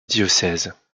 diocèse